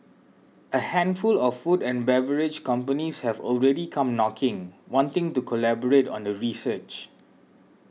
a handful of food and beverage companies have already come knocking wanting to collaborate on the research